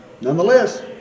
nonetheless